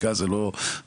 חקיקה זה לא דרגה,